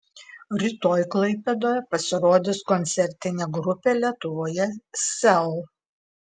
rytoj klaipėdoje pasirodys koncertinė grupė lietuvoje sel